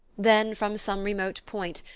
then, from some remote point,